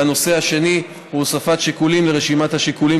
והנושא השני הוא הוספת שיקולים לרשימת השיקולים